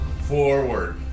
forward